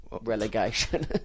relegation